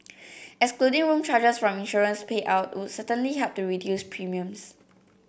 excluding room charges from insurance payout would certainly help reduce premiums